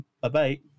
Bye-bye